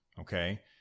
okay